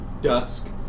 dusk